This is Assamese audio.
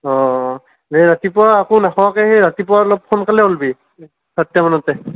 অঁ অঁ দে ৰাতিপুৱা একো নোখোৱাকৈ হেই ৰাতিপুৱা অলপ সোনকালে ওলাবি চাৰিটামানতে